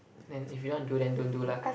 then if you don't want do then don't do lah